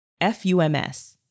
FUMS